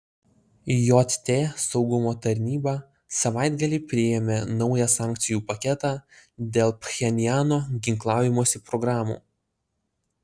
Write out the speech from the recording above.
jt saugumo taryba savaitgalį priėmė naują sankcijų paketą dėl pchenjano ginklavimosi programų